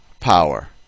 power